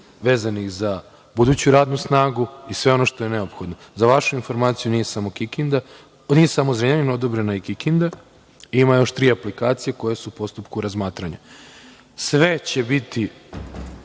vezanih za buduću radnu snagu i sve ono što je neophodno.Za vašu informaciju, nije samo Zrenjanin, odobrena je i Kikinda, ima još tri aplikacije koje su u postupku razmatranja. Sve će biti